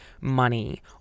money